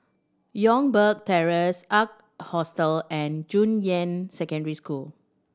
Youngberg Terrace Ark Hostel and Junyuan Secondary School